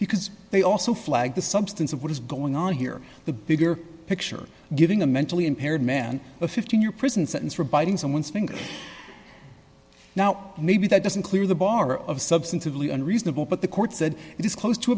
because they also flag the substance of what is going on here the bigger picture giving the mentally impaired man a fifteen year prison sentence for biting someone's finger now maybe that doesn't clear the bar of substantively unreasonable but the court said it is close to